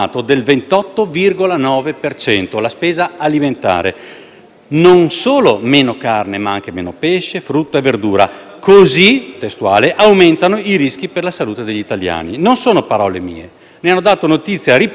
non solo meno carne, ma anche meno pesce, frutta e verdura. Così «aumentano i rischi per la salute degli italiani». Non sono parole mie: ne hanno dato notizia ripetutamente gli organi di stampa riportando statistiche ufficiali.